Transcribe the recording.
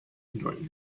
during